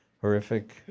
horrific